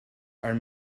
are